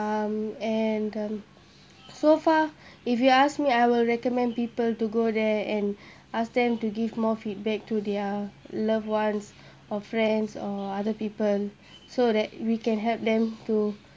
um and um so far if you ask me I will recommend people to go there and ask them to give more feedback to their loved ones or friends or other people so that we can help them to